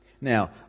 Now